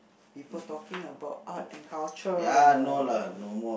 people talking about art and culture